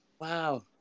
Wow